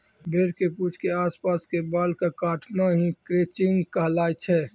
भेड़ के पूंछ के आस पास के बाल कॅ काटना हीं क्रचिंग कहलाय छै